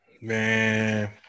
Man